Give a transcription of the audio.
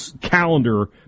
calendar